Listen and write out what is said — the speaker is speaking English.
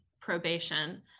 probation